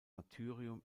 martyrium